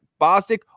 Bostic